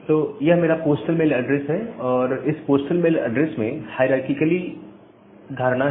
तो यह मेरा पोस्टल मेल एड्रेस है और इस पोस्टल मेल एड्रेस में हायरारकीकल धारणा है